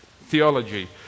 Theology